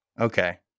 Okay